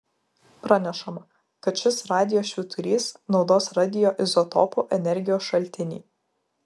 pranešama kad šis radijo švyturys naudos radioizotopų energijos šaltinį